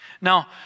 Now